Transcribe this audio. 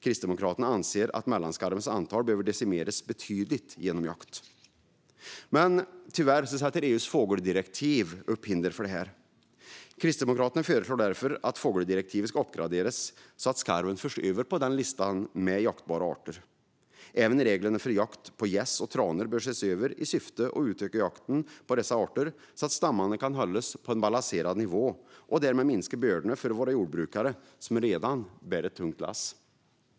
Kristdemokraterna anser att mellanskarvens antal behöver decimeras betydligt genom jakt. Tyvärr sätter EU:s fågeldirektiv upp hinder för detta. Kristdemokraterna föreslår därför att fågeldirektivet uppgraderas så att skarven förs upp på listan över jaktbara arter. Även reglerna för jakt på gäss och tranor bör ses över i syfte att utöka jakten på dessa arter så att stammarna kan hållas på en balanserad nivå och bördorna därmed kan minskas för våra jordbrukare, som redan bär ett tungt lass.